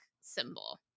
symbol